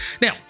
now